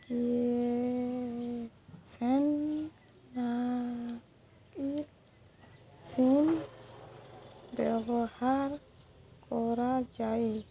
SIM ବ୍ୟବହାର କରାଯାଏ